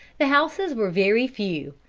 the houses were very few,